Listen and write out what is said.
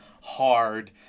hard